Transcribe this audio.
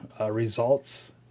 results